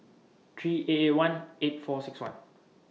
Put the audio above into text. three eight eight one eight four six one